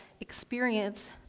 experience